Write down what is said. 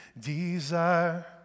desire